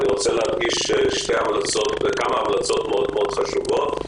אני רוצה להדגיש כמה המלצות חשובות מאוד.